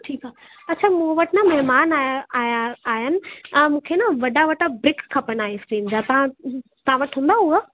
ठीकु आहे मूं वटि न महिमान आया आया आहिनि मूंखे न वॾा वॾा ब्रिक खपनि आइसक्रीम जा तव्हां तव्हां वटि हूंदा हूअ